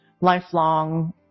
lifelong